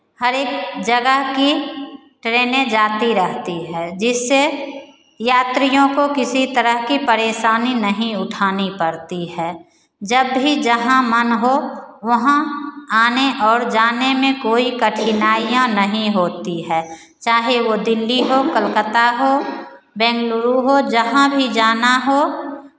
हरेक जगह की ट्रेनें जाती रहती है जिससे यात्रियों को किसी तरह की परेशानी नहीं उठानी पड़ती है जब भी जहाँ मन हो वहाँ आने और जाने में कोई कठिनाइयाँ नहीं होती है चाहे वो दिल्ली हो कलकत्ता हो बेंगलुरू हो जहाँ भी जाना हो